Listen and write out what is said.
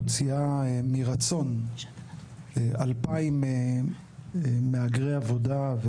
מוציאה מרצון 2,000 מהגרי עבודה,